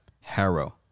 Harrow